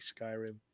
Skyrim